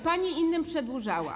Pani innym przedłużała.